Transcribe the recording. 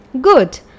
Good